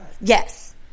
Yes